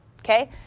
okay